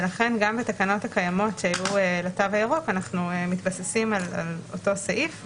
ולכן גם בתקנות הקיימות שהיו לתו הירוק אנחנו מתבססים על אותו סעיף,